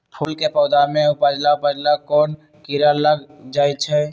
फूल के पौधा में उजला उजला कोन किरा लग जई छइ?